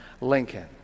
Lincoln